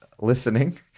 listening